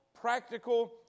practical